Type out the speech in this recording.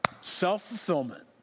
self-fulfillment